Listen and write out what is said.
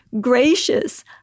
gracious